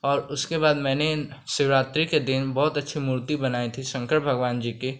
और उसके बाद मैंने शिवरात्रि के दिन बहुत अच्छी मूर्ति बनाई थी शंकर भगवान जी की